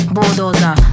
Bulldozer